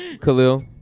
Khalil